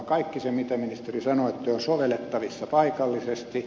kaikki se mitä ministeri sanoitte on sovellettavissa paikallisesti